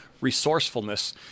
resourcefulness